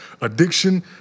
addiction